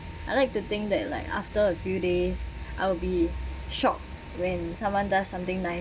I like to think that like after a few days I'll be shocked when someone does something nice